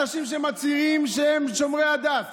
אנשים שמצהירים שהם שומרי דת,